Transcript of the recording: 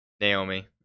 Naomi